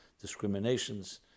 discriminations